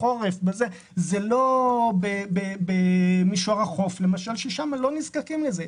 זה לא במישור החוף, כי שם לא נזקקים לזה.